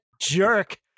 jerk